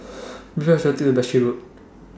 Which Bus should I Take to Berkshire Road